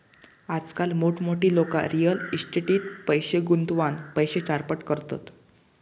आजकाल मोठमोठी लोका रियल इस्टेटीट पैशे गुंतवान पैशे चारपट करतत